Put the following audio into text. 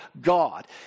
God